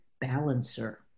balancer